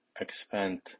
expand